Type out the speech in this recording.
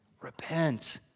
Repent